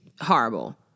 horrible